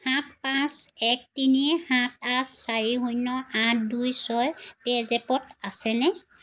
সাত পাঁচ এক তিনি সাত আঠ চাৰি শূন্য আঠ দুই ছয় পে'জেপ ত আছেনে